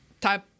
type